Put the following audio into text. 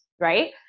right